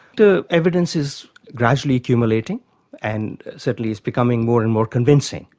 the evidence is gradually accumulating and certainly is becoming more and more convincing.